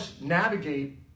navigate